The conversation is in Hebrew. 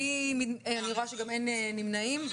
רואה שגם אין נמנעים.